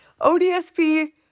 ODSP